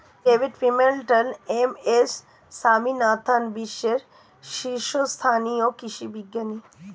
David Pimentel, M S Swaminathan বিশ্বের শীর্ষস্থানীয় কৃষি বিজ্ঞানী